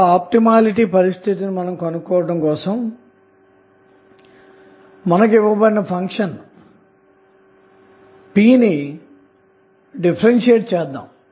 కాబట్టి ఆప్టిమాలిటీ పరిస్థితిని కనుక్కోవటం కోసం మనం ఇవ్వబడిన ఫంక్షన్ p ను డిఫరెన్షియేట్ చేద్దాము